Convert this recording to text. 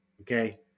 okay